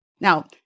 Now